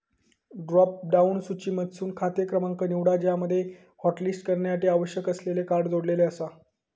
drop down सूचीमधसून खाते क्रमांक निवडा ज्यामध्ये हॉटलिस्ट करण्यासाठी आवश्यक असलेले कार्ड जोडलेला आसा